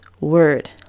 word